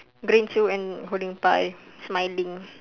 green shoe and holding pie smiling